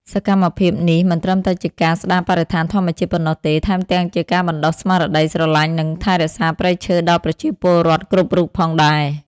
សកម្មភាពនេះមិនត្រឹមតែជាការស្ដារបរិស្ថានធម្មជាតិប៉ុណ្ណោះទេ ថែមទាំងជាការបណ្ដុះស្មារតីស្រឡាញ់ និងថែរក្សាព្រៃឈើដល់ប្រជាពលរដ្ឋគ្រប់រូបផងដែរ។